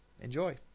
enjoy